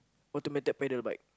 automated pedal bike